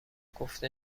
گفته